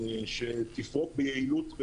שתפרוק ביעילות.